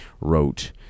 wrote